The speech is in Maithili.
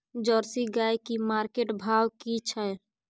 जर्सी गाय की मार्केट भाव की छै?